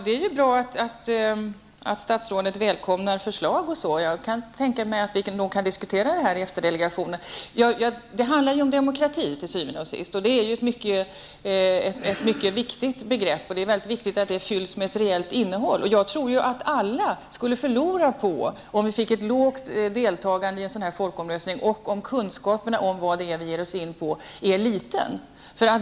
Det är ju bra att statsrådet välkomnar förslag. Jag kan tänka mig att vi diskuterar det hela i EFTA delegationen. Till syvende och sist handlar det om demokrati. Demokrati är ju ett mycket viktigt begrepp, och det är mycket viktigt att det fylls med ett reellt innehåll. Jag tror att alla skulle förlora på om det blev ett lågt deltagande i folkomröstningen och om kunskaperna om vad vi ger oss in på är små.